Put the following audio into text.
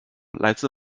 来自